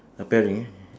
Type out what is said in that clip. a pairing